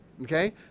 Okay